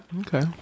Okay